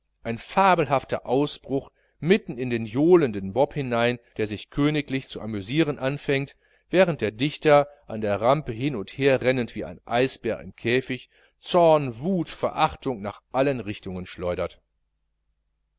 ein fabelhafter ausbruch mitten in den johlenden mob hinein der sich königlich zu amüsieren anfängt während der dichter an der rampe hin und herrennend wie ein eisbär im käfig zorn wut verachtung nach allen richtungen schleudert